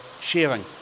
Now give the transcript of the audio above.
sharing